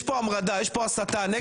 יש כאן המרדה, יש כאן הסתה נגד.